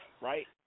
right